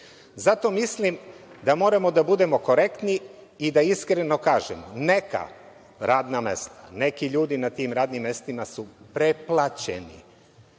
žive. Zato mislim da moramo da budemo korektni i da iskreno kažemo - neka radna mesta, neki ljudi na tim radnim mestima su preplaćeni.